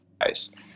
guys